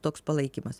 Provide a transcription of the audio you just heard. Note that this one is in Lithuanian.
toks palaikymas